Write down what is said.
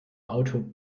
auto